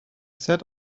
sat